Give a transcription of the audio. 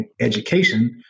education